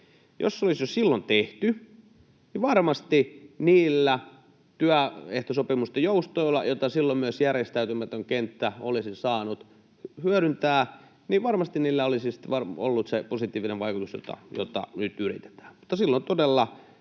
Jos se olisi jo silloin tehty, niin varmasti niillä työehtosopimusten joustoilla, joita silloin myös järjestäytymätön kenttä olisi saanut hyödyntää, olisi sitten ollut se positiivinen vaikutus, jota nyt yritetään. Mutta silloin todella